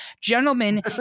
Gentlemen